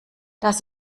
das